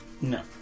No